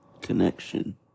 connection